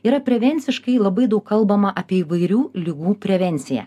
yra prevenciškai labai daug kalbama apie įvairių ligų prevenciją